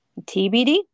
TBD